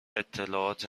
اطلاعات